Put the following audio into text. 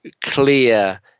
clear